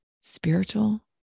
spiritual